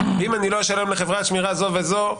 ואם אני לא אשלם לחברת השמירה הזו וזו,